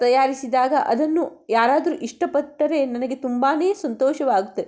ತಯಾರಿಸಿದಾಗ ಅದನ್ನು ಯಾರಾದರು ಇಷ್ಟಪಟ್ಟರೆ ನನಗೆ ತುಂಬಾ ಸಂತೋಷವಾಗುತ್ತೆ